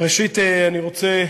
ראשית אני רוצה,